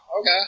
okay